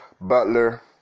Butler